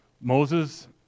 Moses